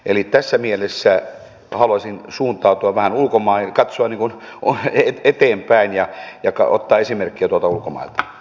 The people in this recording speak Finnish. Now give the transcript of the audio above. eli tässä mielessä haluaisin suuntautua vähän ulkomaille katsoa eteenpäin ja ottaa esimerkkiä tuolta ulkomailta